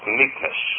meekness